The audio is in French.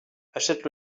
achète